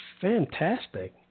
Fantastic